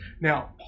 now